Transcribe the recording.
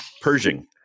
Pershing